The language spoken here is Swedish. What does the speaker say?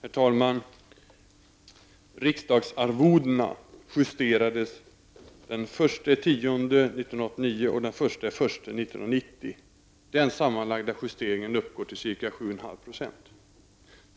Herr talman! Riksdagsarvodena justerades den 1 med 7,0--7,5 %.